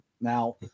Now